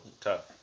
tough